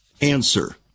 answer